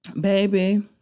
baby